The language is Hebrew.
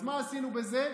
אז מה עשינו בזה?